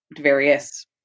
various